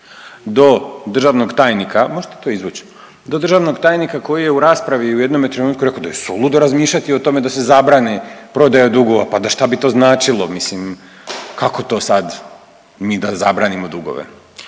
Do državnog tajnika, možete to izvući, do državnog tajnika koji je u raspravi u jednome trenutku rekao da je suludo razmišljati o tome da se zabrani prodaja dugova, pa da šta bi to značilo. Mislim kako to sad mi da zabranimo dugove?